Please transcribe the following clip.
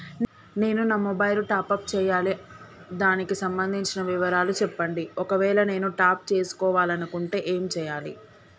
నేను నా mobile top up చేయాలి దానికి సంబంధించిన వివరాలు చెప్పండి ఒకవేళ నేను టాప్ చేసుకోవాలనుకుంటే ఏం చేయాలి?